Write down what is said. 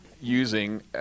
using